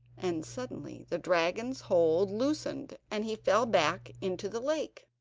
and suddenly the dragon's hold loosened, and he fell back into the lake.